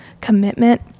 commitment